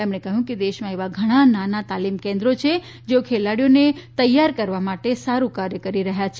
તેમણે કહ્યું કે દેશમાં એવા ઘણા નાના તાલીમ કેન્દ્રો છે જેઓ ખેલાડીઓને તૈયાર કરવા માટે સારૂ કાર્ય કરી રહ્યા છે